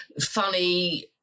funny